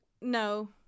no